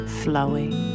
flowing